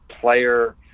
player